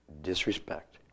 disrespect